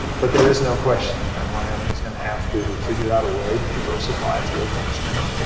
but there is no question that wyoming's gonna have to figure out a way to diversify its revenue stream.